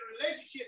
relationship